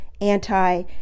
anti